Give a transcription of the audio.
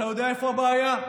אתה יודע איפה הבעיה?